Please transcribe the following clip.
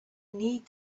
need